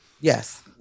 Yes